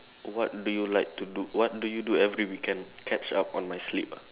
what do you like to do what do you do every weekend catch up on my sleep ah